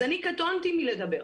אז אני קטונתי מלדבר,